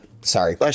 Sorry